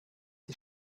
sie